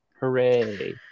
Hooray